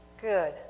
good